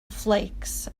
flakes